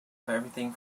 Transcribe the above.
everything